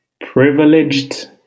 privileged